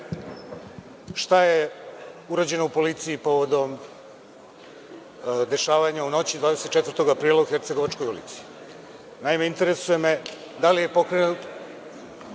šta je urađeno u policiji povodom dešavanja u noći 24. aprila u Hercegovačkoj ulici? Naime, interesuje me da li je pokrenut